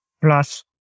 plus